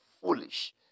foolish